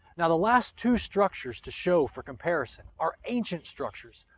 now the last two structures to show for comparison are ancient structures,